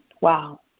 Wow